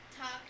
talk